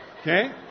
Okay